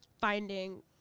finding –